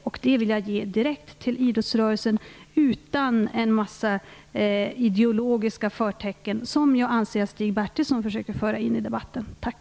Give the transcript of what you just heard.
Detta besked vill jag ge direkt till idrottsrörelsen utan en massa ideologiska förtecken, vilket jag anser att Stig Bertilsson försöker föra in i debatten. Tack!